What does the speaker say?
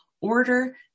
order